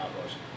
outdoors